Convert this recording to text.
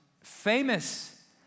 famous